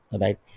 right